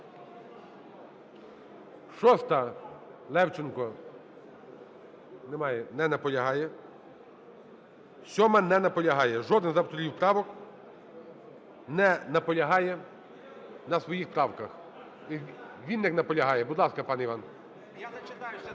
6-а.Левченко? Немає. Не наполягає. 7-а. Не наполягає. Жоден з авторів правок не наполягає на своїх правках. Вінник наполягає. Будь ласка, пане Іван.